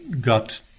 got